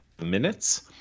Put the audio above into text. minutes